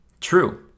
True